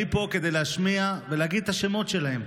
אני פה כדי להשמיע ולהגיד את השמות שלהם,